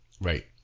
Right